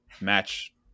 match